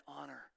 honor